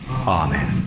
Amen